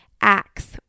ACTS